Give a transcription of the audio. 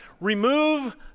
Remove